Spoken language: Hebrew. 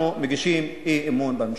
אנחנו מגישים אי-אמון בממשלה.